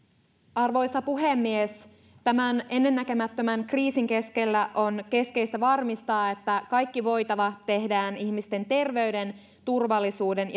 arvoisa puhemies tämän ennennäkemättömän kriisin keskellä on keskeistä varmistaa että kaikki voitava tehdään ihmisten terveyden turvallisuuden